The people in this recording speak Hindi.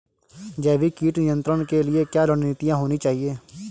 जैविक कीट नियंत्रण के लिए क्या रणनीतियां होनी चाहिए?